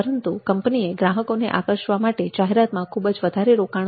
પરંતુ કંપનીએ ગ્રાહકોને આકર્ષવા માટે જાહેરાતમાં ખૂબ જ વધારે રોકાણ કરવું પડે છે